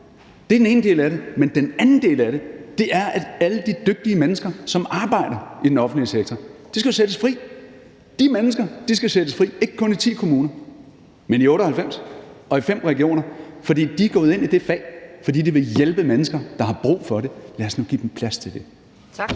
Det er den ene del af det. Men den anden del af det er, at alle de dygtige mennesker, som arbejder i den offentlige sektor, skal sættes fri. De mennesker skal sættes fri – ikke kun i 10 kommuner, men i 98, og i 5 regioner – for de er gået ind i deres fag, fordi de vil hjælpe mennesker, der har brug for det. Lad os nu give dem plads til det. Kl.